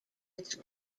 its